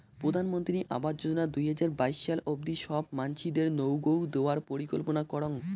প্রধানমন্ত্রী আবাস যোজনা দুই হাজার বাইশ সাল অব্দি সব মানসিদেরনৌগউ দেওয়ার পরিকল্পনা করং